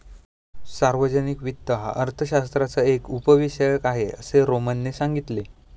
सार्वजनिक वित्त हा अर्थशास्त्राचा एक उपविषय आहे, असे रामने सांगितले